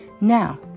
Now